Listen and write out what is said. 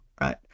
right